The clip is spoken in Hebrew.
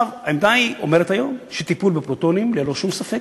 העמדה אומרת היום שטיפול בפרוטונים, ללא שום ספק,